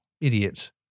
idiots